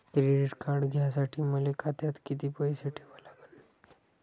Credit card घ्यासाठी मले खात्यात किती पैसे ठेवा लागन?